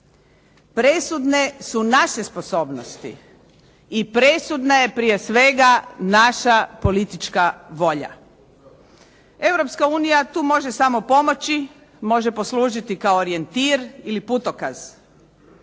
presudne su naše sposobnosti i presudna je prije svega naša politička volja. Europska unija tu može samo pomoći, može poslužiti kao orijentir ili putokaz,